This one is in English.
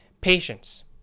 patience